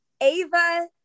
Ava